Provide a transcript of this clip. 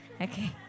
Okay